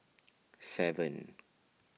seven